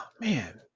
man